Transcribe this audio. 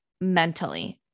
mentally